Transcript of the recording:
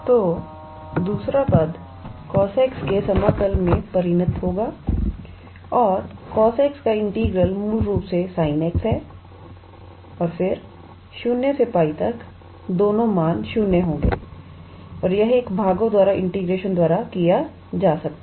तोदूसरा पद cosx के समाकल में परिणत होगा और cosx का इंटीग्रल मूल रूप से sinx है और फिर 0 से 𝜋 तक दोनों मान 0 होंगे और यह एक भागों द्वारा इंटीग्रेशन द्वारा किया जा सकता है